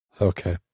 Okay